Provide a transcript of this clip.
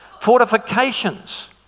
fortifications